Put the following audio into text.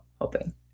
hoping